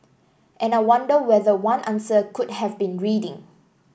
and I wonder whether one answer could have been reading